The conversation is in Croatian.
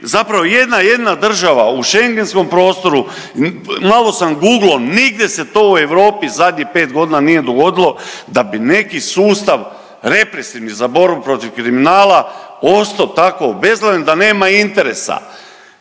zapravo jedna jedina država u Šengenskom prostoru, malo sam guglao, nigdje se to u Europi zadnjih 5 godina nije dogodilo da bi neki sustav represivni, za borbu protiv kriminala ostao tako obeglavljen da nema interesa.